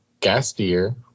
Gastier